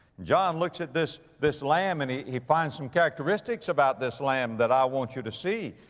john looks at this, this lamb, and he, he finds some characteristics about this lamb that i want you to see.